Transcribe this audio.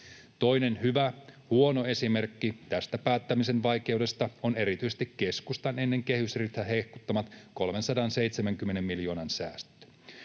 Toinen hyvä huono esimerkki tästä päättämisen vaikeudesta on erityisesti keskustan ennen kehysriihtä hehkuttamat 370 miljoonan säästöt.